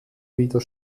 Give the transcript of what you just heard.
wieder